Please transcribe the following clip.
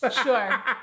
Sure